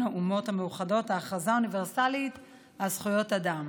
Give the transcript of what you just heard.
האומות המאוחדות הכרזה אוניברסלית על זכויות אדם.